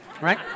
right